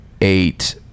eight